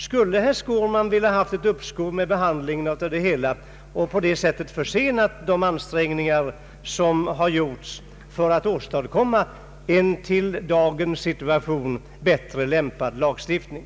Skulle herr Skårman vilja ha ett uppskov med behandlingen av lagen och på det sättet försena de ansträngningar som har gjorts för att åstadkomma en till dagens situation bättre anpassad lagstiftning?